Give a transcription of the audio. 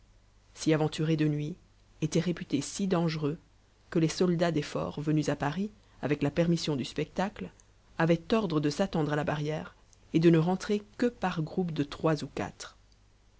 s'y aventurer de nuit était réputé si dangereux que les soldats des forts venus à paris avec la permission du spectacle avaient ordre de s'attendre à la barrière et de ne rentrer que par groupes de trois ou quatre